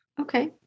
Okay